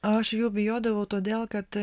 aš jų bijodavau todėl kad